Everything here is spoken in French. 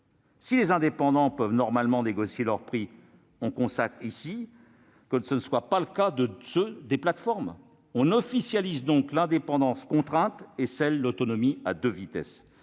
Si des indépendants peuvent normalement négocier leurs prix, on consacre ici le fait que tel n'est pas le cas pour ceux des plateformes. On officialise ainsi l'indépendance contrainte et l'autonomie à deux vitesses.